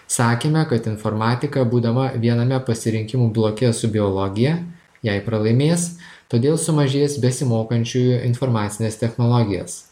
sakėme kad informatika būdama viename pasirinkimų bloke su biologija jai pralaimės todėl sumažės besimokančiųjų informacines technologijos